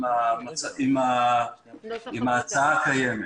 ההצעה הקיימת.